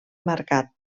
marcat